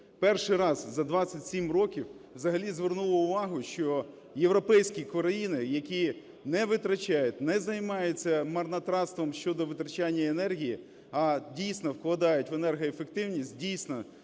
перший раз за 27 років взагалі звернули увагу, що європейські країни, які не витрачають, не займаються марнотратством щодо витрачання енергії, а дійсно вкладають в енергоефективність, дійсно